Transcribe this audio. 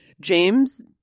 James